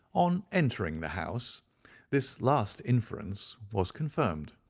on entering the house this last inference was confirmed.